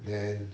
then